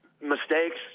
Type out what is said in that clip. mistakes